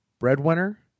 Breadwinner